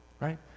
right